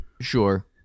Sure